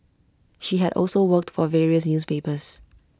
she had also worked for various newspapers